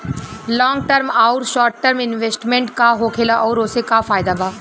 Long term आउर short term investment का होखेला और ओसे का फायदा बा?